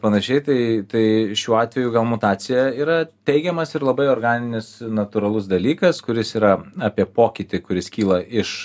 panašiai tai tai šiuo atveju gal mutacija yra teigiamas ir labai organinis natūralus dalykas kuris yra apie pokytį kuris kyla iš